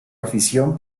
afición